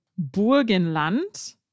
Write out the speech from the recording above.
Burgenland